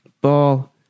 ball